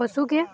ପଶୁକୁ